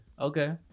Okay